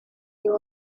you